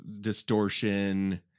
distortion